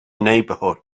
neighborhood